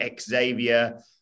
Xavier